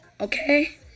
Okay